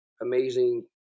amazing